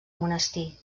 monestir